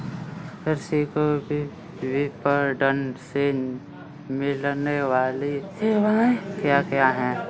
कृषि को विपणन से मिलने वाली सेवाएँ क्या क्या है